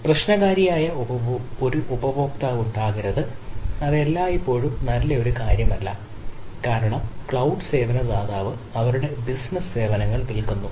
പ്രശ്നകാരിയായ ഒരു ഉപഭോക്താവുണ്ടാകരുത് അത് എല്ലായ്പ്പോഴും നല്ല ഒരു കാര്യമല്ല കാരണം ക്ലൌഡ് സേവന ദാതാവ് അവരുടെ ബിസിനസ്സ് സേവനങ്ങൾ വിൽക്കുന്നു